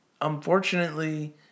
unfortunately